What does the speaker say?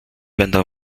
będą